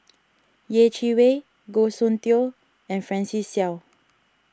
Yeh Chi Wei Goh Soon Tioe and Francis Seow